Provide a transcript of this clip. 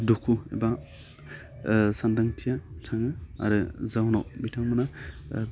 दुखु एबा सान्दांथिया थाङो आरो जाउनाव बिथांमोना